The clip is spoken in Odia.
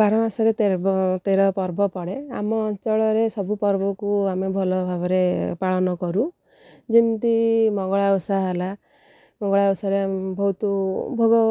ବାର ମାସରେ ତେର ପର୍ବ ପଡ଼େ ଆମ ଅଞ୍ଚଳରେ ସବୁ ପର୍ବକୁ ଆମେ ଭଲ ଭାବରେ ପାଳନ କରୁ ଯେମିତି ମଙ୍ଗଳା ଓଷା ହେଲା ମଙ୍ଗଳା ଓଷାରେ ବହୁତ ଭୋଗ